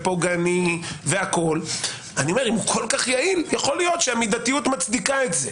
יכול להיות שהמידתיות מצדיקה את זה.